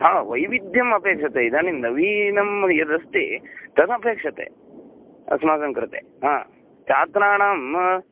हा वैविध्यमपेक्ष्यते इदानीं नवीनं यदस्ति तदेपक्ष्यते अस्माकं कृते हा छात्राणां